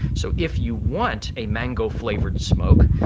so if you want a mango flavoured smoke,